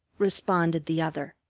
responded the other,